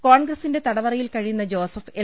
കോൺഗ്രസിന്റെ തടവറയിൽ കഴിയുന്ന ജോസഫ് എൽ